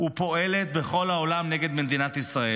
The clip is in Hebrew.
ופועלת בכל העולם נגד מדינת ישראל.